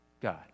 God